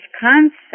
concept